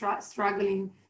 struggling